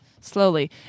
slowly